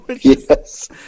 Yes